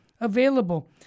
available